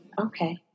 okay